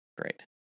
Great